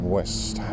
West